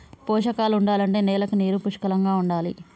పోషకాలు ఉండాలంటే నేలకి నీరు పుష్కలంగా ఉండాలి